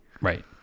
Right